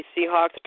Seahawks